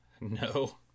No